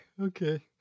okay